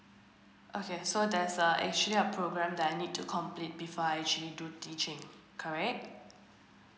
okay so there's a actually a program that I need to complete before I actually do teaching correct